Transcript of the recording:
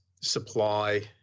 supply